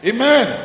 Amen